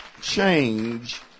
change